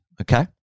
Okay